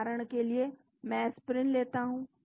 उदाहरण के लिए मैं एस्पिरिन लेता हूं